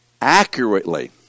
accurately